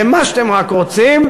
במה שאתם רק רוצים.